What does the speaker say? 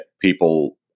people